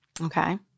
Okay